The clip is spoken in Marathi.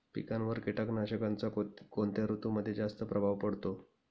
पिकांवर कीटकनाशकांचा कोणत्या ऋतूमध्ये जास्त प्रभाव पडतो?